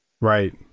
Right